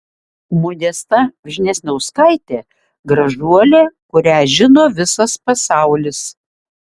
modesta vžesniauskaitė gražuolė kurią žino visas pasaulis